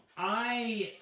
i